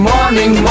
Morning